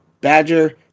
Badger